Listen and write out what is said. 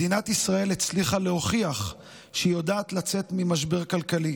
מדינת ישראל הצליחה להוכיח שהיא יודעת לצאת ממשבר כלכלי